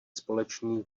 společný